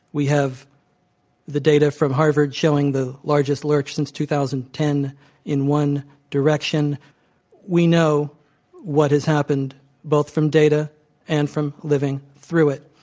we have the data from harvard showing the largest lurch since two thousand and ten in one direction we know what has happened both from data and from living through it.